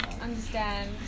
understand